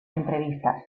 entrevistas